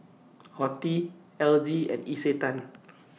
Horti L G and Isetan